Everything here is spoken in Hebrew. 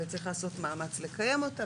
וצריך לעשות מאמץ לקיים אותה,